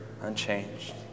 unchanged